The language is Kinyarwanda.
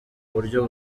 buryo